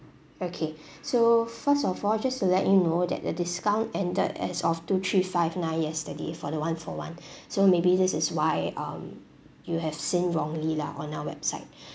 okay so first of all just to let you know that the discount ended as of two three five nine yesterday for the one for one so maybe this is why um you have seen wrongly lah on our website